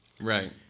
Right